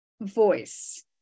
voice